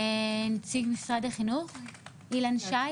יובל וגנר יושב-ראש נגישות ישראל.